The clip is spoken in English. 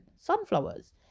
sunflowers